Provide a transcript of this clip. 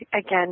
again